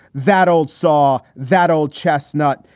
that old saw, that old chestnut,